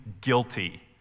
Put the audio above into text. guilty